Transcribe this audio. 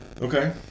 Okay